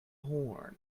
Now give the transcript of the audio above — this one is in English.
horn